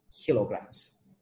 kilograms